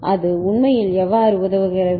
எனவே அது உண்மையில் எவ்வாறு உதவுகிறது